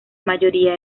mayoría